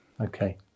Okay